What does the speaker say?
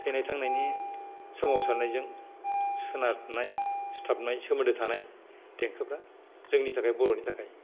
थैनाय थांनायनि सोमावसारनायजों सोनारनाय सिथाबना थानाय देंखोफ्रा जोंनि थाखाय बर'नि थाखाय